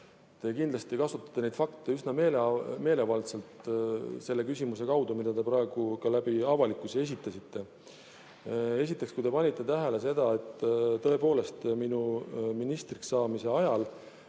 Te kindlasti kasutasite fakte üsna meelevaldselt selles küsimuses, mida te praegu avalikkuse ees esitasite. Esiteks, kui te panite tähele, siis tõepoolest, minu ministriks saamise ajal